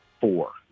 four